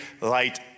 light